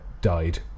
died